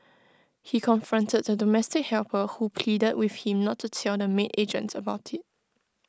he confronted the domestic helper who pleaded with him not to tell the maid agent about IT